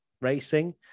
racing